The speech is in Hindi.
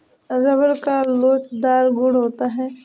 रबर में लोचदार गुण होता है